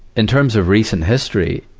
in terms of recent history,